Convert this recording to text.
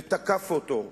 ותקף אותו,